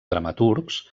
dramaturgs